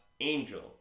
angel